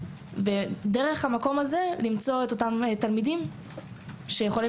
ודרך המקום הזה למצוא את אותם תלמידים שיכולים